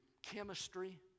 chemistry